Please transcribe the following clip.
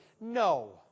No